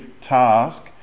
task